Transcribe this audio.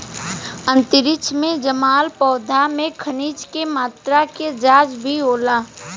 अंतरिक्ष में जामल पौधा में खनिज के मात्रा के जाँच भी होला